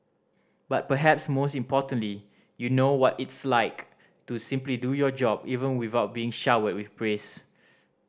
but perhaps most importantly you know what it's like to simply do your job even without being showered with praise